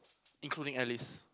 including Alice